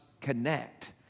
connect